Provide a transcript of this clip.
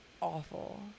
awful